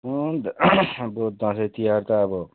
अँ अब दसैँतिहार त अब